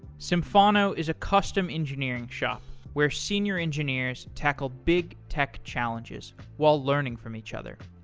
symphono is a custom engineering shop where senior engineers tackle big tech challenges while learning from each other.